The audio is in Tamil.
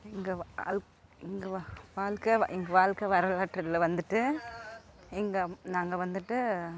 எங்கள் வாழ் எங்கள் வாழ்க்கை எங்கள் வாழ்க்கை வரலாற்றில் வந்துட்டு எங்கள் நாங்கள் வந்துட்டு